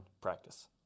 practice